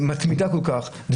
אז